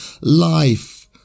Life